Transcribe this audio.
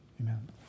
Amen